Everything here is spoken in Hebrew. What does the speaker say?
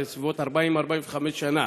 זה בסביבות 40 45 שנה.